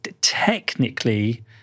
technically